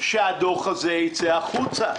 שהדוח הזה ייצא החוצה.